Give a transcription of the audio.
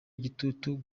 igitutu